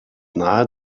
nahe